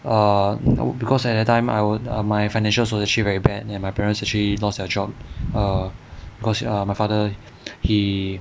err no because at that time I was actually my finances were actually very bad and my parents actually lost their job err cause my father he